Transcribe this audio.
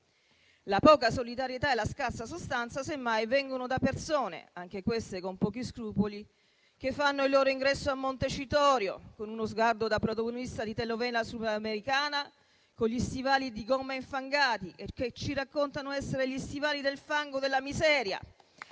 La poca solidarietà e la scarsa sostanza semmai vengono da persone, anche queste con pochi scrupoli, che fanno il loro ingresso a Montecitorio con uno sguardo da protagonista di telenovela sudamericana, con gli stivali di gomma infangati e che ci raccontano essere gli stivali del fango della miseria